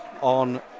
on